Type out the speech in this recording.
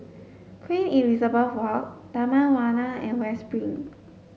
Queen Elizabeth Walk Taman Warna and West Spring